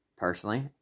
Personally